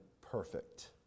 perfect